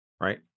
right